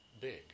big